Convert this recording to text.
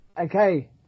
Okay